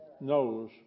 knows